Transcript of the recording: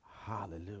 Hallelujah